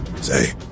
say